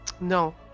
No